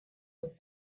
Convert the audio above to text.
was